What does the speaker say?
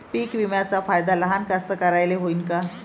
पीक विम्याचा फायदा लहान कास्तकाराइले होईन का?